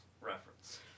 reference